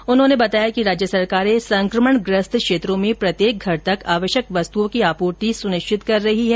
श्री वास्तव ने बताया कि राज्य सरकारें संकमणग्रस्त क्षेत्रों में प्रत्येक घर तक आवश्यक वस्तुओं की आपूर्ति सुनिश्चित कर रही है